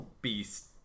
Beast